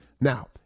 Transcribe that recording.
now